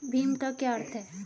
भीम का क्या अर्थ है?